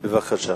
בבקשה.